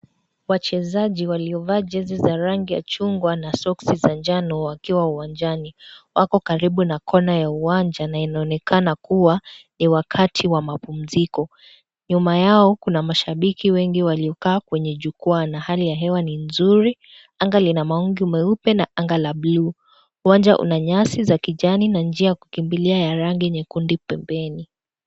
Wachezaji waliovaa jezi za rangi ya chungwa na soksi za njano wakiwa uwanjani. Wako karibu na kona ya uwanja na inaonekana kuwa ni wakati wa mapumziko. Nyuma yao kuna mashabiki wengi waliokaa kwenye jukwaa na hali ya hewa ni nzuri, anga lina mawingu mweupe na anga la bluu. Uwanja ina nyasi za kijani na njia ya kukimbilia ya rangi nyekundu pembeni.